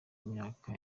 imyaka